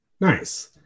Nice